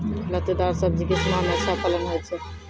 लतेदार दार सब्जी किस माह मे अच्छा फलन होय छै?